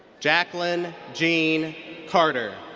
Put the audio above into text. jacquelynn jeanne carter.